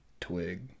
twig